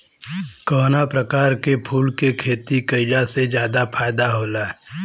कवना प्रकार के फूल के खेती कइला से ज्यादा फायदा होला?